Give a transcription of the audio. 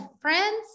friends